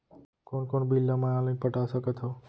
कोन कोन बिल ला मैं ऑनलाइन पटा सकत हव?